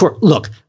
Look